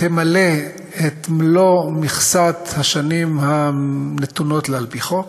תמלא את מלוא מכסת השנים הנתונות לה על-פי חוק,